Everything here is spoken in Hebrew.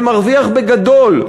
ומרוויח בגדול,